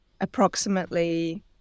approximately